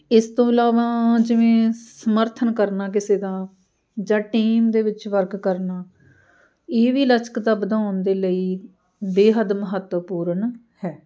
ਇਸ ਤੋਂ ਇਲਾਵਾ ਜਿਵੇਂ ਸਮਰਥਨ ਕਰਨਾ ਕਿਸੇ ਦਾ ਜਾਂ ਟੀਮ ਦੇ ਵਿੱਚ ਵਰਕ ਕਰਨਾ ਇਹ ਵੀ ਲਚਕਤਾ ਵਧਾਉਣ ਦੇ ਲਈ ਬੇਹੱਦ ਮਹੱਤਵਪੂਰਨ ਹੈ